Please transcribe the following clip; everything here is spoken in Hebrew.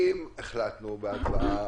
אם החלטנו בהצבעה,